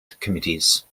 committees